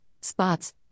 spots